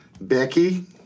Becky